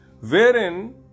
wherein